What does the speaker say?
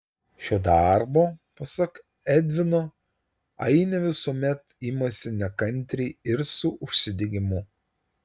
šio darbo pasak edvino ainė visuomet imasi nekantriai ir su užsidegimu